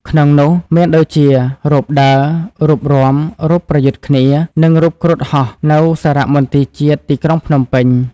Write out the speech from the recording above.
ក្នុងនោះមានដូចជា រូបដើរ រូបរាំ រូបប្រយុទ្ធគ្នា និងរូបគ្រុឌហោះ នៅសារមន្ទីរជាតិទីក្រុងភ្នំពេញ។